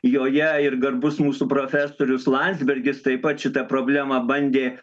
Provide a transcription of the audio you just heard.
joje ir garbus mūsų profesorius landsbergis taip pat šitą problemą bandė